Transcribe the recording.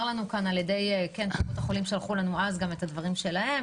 לנו כאן על ידי קופות החולים ששלחו לנו אז גם את הדברים שלהם.